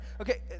Okay